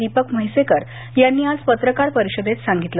दीपक म्हैसेकर यांनी आज पत्रकार परिषदेत सांगितलं